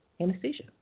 anesthesia